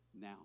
now